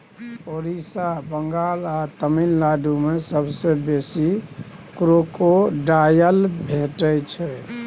ओड़िसा, बंगाल आ तमिलनाडु मे सबसँ बेसी क्रोकोडायल भेटै छै